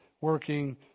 working